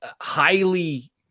highly